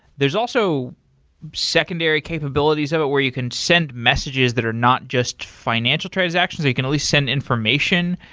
there's also secondary capabilities of it where you can send messages that are not just financial transaction, that you can only send information.